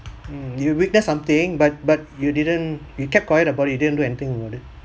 mm you witness something but but you didn't you kept quiet about it you didn't do anything about it